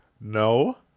No